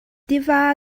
tiva